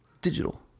Digital